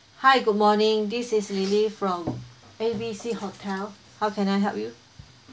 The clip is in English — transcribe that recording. hi good morning this is lily from A B C hotel how can I help you